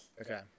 Okay